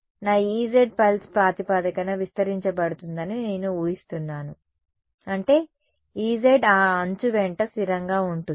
నా Ez pulse ప్రాతిపదికన విస్తరించబడుతుందని నేను ఊహిస్తున్నాను అంటే Ez ఆ అంచు వెంట స్థిరంగా ఉంటుంది